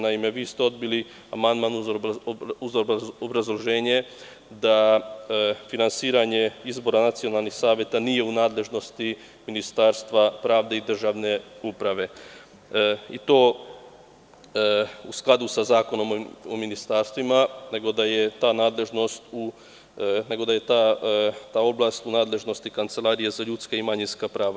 Naime, vi ste odbili amandman uz obrazloženje da finansiranje izbora nacionalnih saveta nije u nadležnosti Ministarstva pravde i državne uprave i to u skladu sa Zakonom o ministarstvima, nego da je ta oblast u nadležnosti Kancelarije za ljudska i manjinska prava.